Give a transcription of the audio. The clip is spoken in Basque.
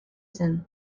zen